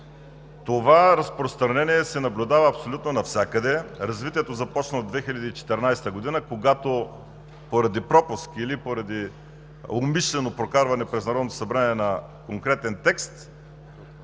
Това разпространение се наблюдава абсолютно навсякъде. Развитието започна от 2014 г., когато поради пропуск или умишлено прокарване през Народното събрание на конкретен текст,